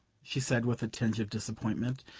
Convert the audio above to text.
she said with a tinge of disappointment.